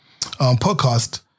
podcast